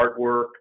artwork